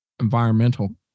environmental